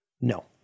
No